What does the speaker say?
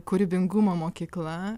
kūrybingumo mokykla